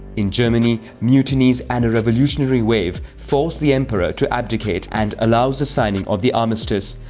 in germany, mutinies and a revolutionary wave forced the emperor to abdicate and allows the signing of the armistice,